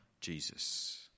Jesus